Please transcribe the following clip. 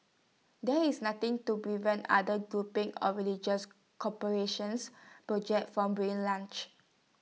there is nothing to prevent other groupings or religious cooperation's projects from being launched